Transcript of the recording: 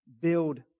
build